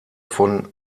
von